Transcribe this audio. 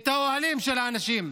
את האוהלים של האנשים.